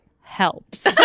helps